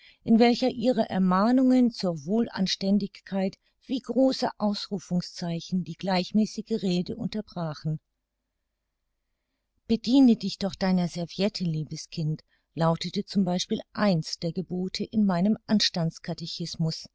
in welcher ihre ermahnungen zur wohlanständigkeit wie große ausrufungszeichen die gleichmäßige rede unterbrachen bediene dich doch deiner serviette liebes kind lautete z b eins der gebote in meinem